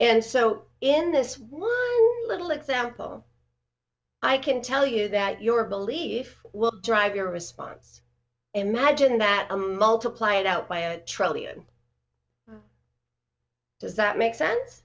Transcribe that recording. and so in this little example i can tell you that your belief will drive your response imagine that multiply it out by a trillion does that make sense